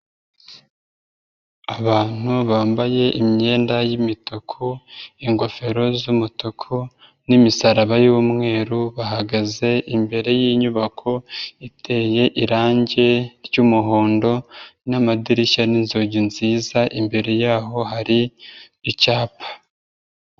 Abantu bambaye imyenda y'imituku, ingofero z'umutuku n'imisaraba y'umweru, bahagaze imbere y'inyubako iteye irange ry'umuhondo n'amadirishya n'inzugi nziza, imbere yaho hari icyapa.